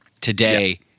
Today